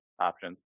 options